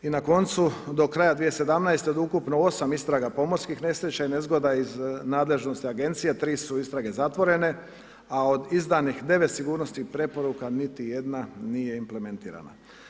I u koncu do kraja 2017. od ukupno 8 istraga pomorskih nesreća i nezgoda iz nadležnosti agencije 3 su istrage zatvorene, a od izdanih 9 sigurnosnih preporuka niti jedna nije implementirana.